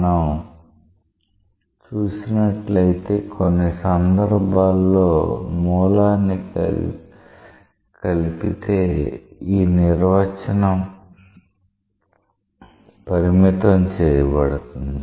మనం చూసినట్లయితే కొన్ని సందర్భాల్లో మూలాన్ని కలిపితే ఈ నిర్వచనం పరిమితం చేయబడుతుంది